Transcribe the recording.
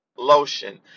Lotion